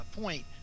point